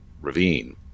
ravine